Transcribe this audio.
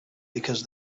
because